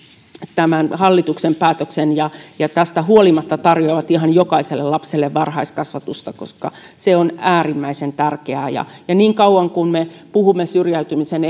tämän hallituksen päätöksen ja ja siitä huolimatta tarjoavat ihan jokaiselle lapselle varhaiskasvatusta koska se on äärimmäisen tärkeää ja niin kauan kuin me puhumme syrjäytymisen